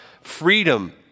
freedom